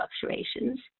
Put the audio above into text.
fluctuations